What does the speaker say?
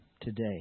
today